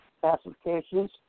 classifications